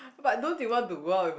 but don't you want to go out with a